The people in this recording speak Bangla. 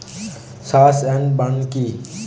স্লাস এন্ড বার্ন কি?